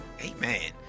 Amen